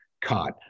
caught